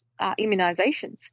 immunizations